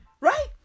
right